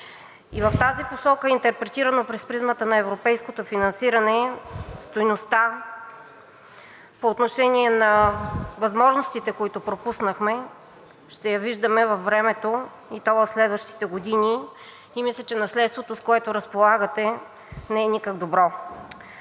В тази посока, интерпретирано през призмата на европейското финансиране, стойността по отношение на възможностите, които пропуснахме, ще я виждаме във времето, и то в следващите години, и мисля, че наследството, с което разполагате, не е никак добро.